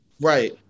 Right